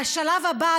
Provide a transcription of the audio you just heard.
והשלב הבא,